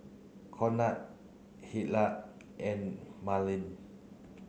Conard Hillard and Marlen